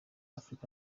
africa